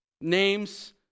names